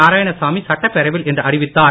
நாராயணசாமி சட்டப்பேரவையில் இன்று அறிவித்தார்